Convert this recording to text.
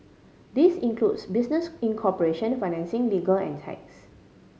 this includes business incorporation financing legal and tax